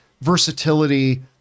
versatility